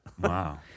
Wow